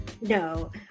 No